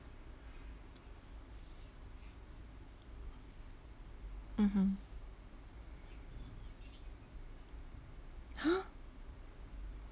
mmhmm !huh!